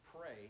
pray